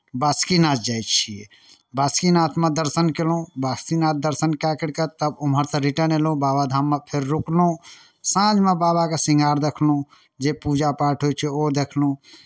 बासुकीनाथ जाइ छियै बासुकीनाथमे दर्शन कयलहुँ बासुकीनाथ दर्शन कए करि कऽ तब ओम्हरसँ रिटर्न अयलहुँ बाबाधाममे फेर रुकलहुँ साँझमे बाबाके श्रृंगार देखलहुँ जे पूजा पाठ होइ छै ओ देखलहुँ